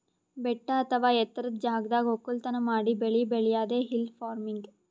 ಬೆಟ್ಟ ಅಥವಾ ಎತ್ತರದ್ ಜಾಗದಾಗ್ ವಕ್ಕಲತನ್ ಮಾಡಿ ಬೆಳಿ ಬೆಳ್ಯಾದೆ ಹಿಲ್ ಫಾರ್ಮಿನ್ಗ್